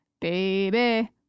baby